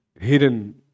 hidden